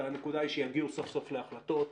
הנקודה היא שיגיעו סוף סוף להחלטות,